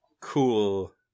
cool